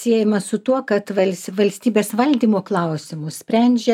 siejama su tuo kad vals valstybės valdymo klausimus sprendžia